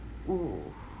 !oof!